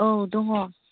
औ दङ